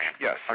Yes